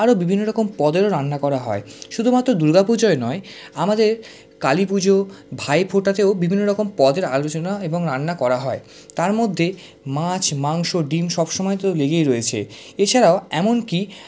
আরও বিভিন্ন রকম পদেরও রান্না করা হয় শুধুমাত্র দুর্গা পুজোয় নয় আমাদের কালী পুজো ভাইফোঁটাতেও বিভিন্ন রকম পদের আলোচনা এবং রান্না করা হয় তার মধ্যে মাছ মাংস ডিম সব সময় তো লেগেই রয়েছে এছাড়াও এমন কি